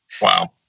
Wow